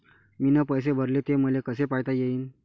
मीन पैसे भरले, ते मले कसे पायता येईन?